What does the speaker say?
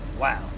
Wow